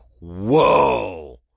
Whoa